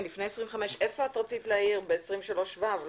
איפה את רצית להעיר, ב-23(ו)?